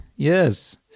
Yes